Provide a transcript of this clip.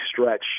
stretch